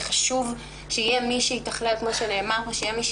וחשוב שיהיה מי שיתכלל ויבצע.